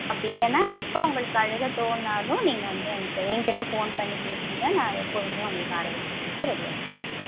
அப்படி இல்லைன்னா எப்போ உங்களுக்கு அழுகத் தோணினாலும் நீங்கள் வந்து எனக்கு எங்கிட்ட ஃபோன் பண்ணி பேசுங்கள் நான் எப்போதுமே உங்களுக்கு ஆறுதல் சொல்கிறதுக்கு ரெடியாக இருக்கிறேன்